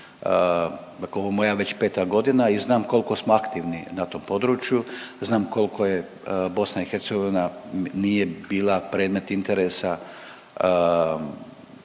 ovo je moja već peta godina i znam koliko smo aktivni na tom području. Znam koliko je BIH nije bila predmet interesa